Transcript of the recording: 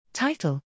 Title